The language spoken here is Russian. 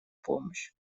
помощь